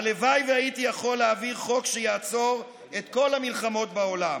הלוואי שהייתי יכול היה להעביר חוק שיעצור את כל המלחמות בעולם,